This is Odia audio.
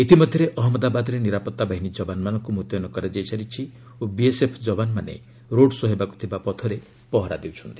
ଇତିମଧ୍ୟରେ ଅହଞ୍ଚନ୍ଦାବାଦରେ ନିରାପତ୍ତା ବାହିନୀ ଯବାନମାନଙ୍କୁ ମୁତୟନ କରାଯାଇ ସାରିଛି ଓ ବିଏସ୍ଏଫ୍ ଯବାନମାନେ ରୋଡ୍ ଶୋ' ହେବାକୁ ଥିବା ପଥରେ ପହରା ଦେଉଛନ୍ତି